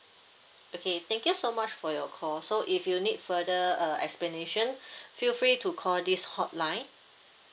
okay thank you so much for your call so if you need further uh explanation feel free to call this hotline